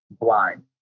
blind